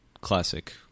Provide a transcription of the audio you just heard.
classic